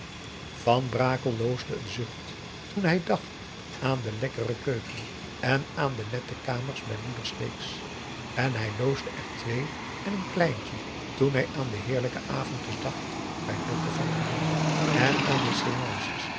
van brakel loosde een zucht toen hij dacht aan de lekkere keuken en aan de nette kamers bij moeder sleeks en hij loosde er twee en een kleintje toen hij aan de heerlijke avondjes dacht bij dokter van der linden en aan de